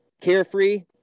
carefree